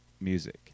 music